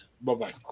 Bye-bye